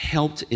helped